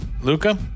Luca